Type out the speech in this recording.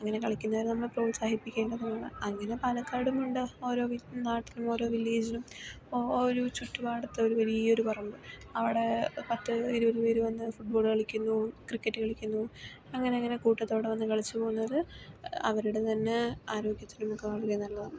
അങ്ങനെ കളിക്കുന്നവരെ നമ്മൾ പ്രോത്സാഹിപ്പിക്കേണ്ടതാണ് അങ്ങനെ പാലക്കാടുമുണ്ട് ഓരോ നാട്ടിലും ഓരോ വില്ലേജിലും ഒരോ ചുറ്റുപ്പാടത്തെ ഒരു വലിയ ഒരു പറമ്പ് അവിടെ പത്തിരുപതു പേർ വന്ന് ഫുട് ബോൾ കളിക്കുന്നു ക്രിക്കറ്റ് കളിക്കുന്നു അങ്ങനെ അങ്ങനെ കൂട്ടത്തോടെ വന്ന് കളിച്ചു പോകുന്നത് അവരുടെ തന്നെ ആരോഗ്യത്തിനും മിക്കവാറും നല്ലതാണ്